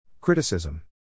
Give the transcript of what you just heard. Criticism